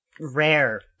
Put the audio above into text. rare